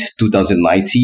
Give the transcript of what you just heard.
2019